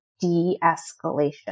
de-escalation